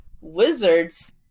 Wizards